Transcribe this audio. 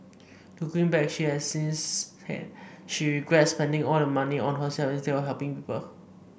looking back she has since said she regrets spending all that money on herself instead of helping people